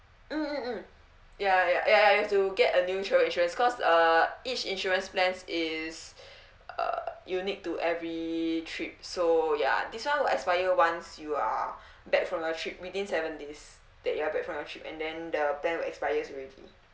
mm mm mm ya ya ya ya you have to get a new travel insurance cause uh each insurance plans is uh unique to every trip so ya this one will expire once you are back from a trip within seven days that you have back from your trip and then the plan will expire already